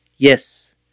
Yes